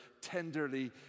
tenderly